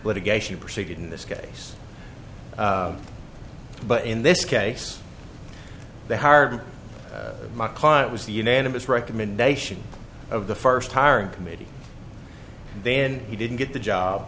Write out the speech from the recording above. litigation proceed in this case but in this case they hired my client was the unanimous recommendation of the first hiring committee then he didn't get the job